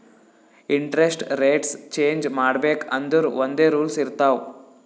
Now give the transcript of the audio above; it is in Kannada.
ಇಂಟರೆಸ್ಟ್ ರೆಟ್ಸ್ ಚೇಂಜ್ ಮಾಡ್ಬೇಕ್ ಅಂದುರ್ ಒಂದ್ ರೂಲ್ಸ್ ಇರ್ತಾವ್